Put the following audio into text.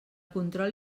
control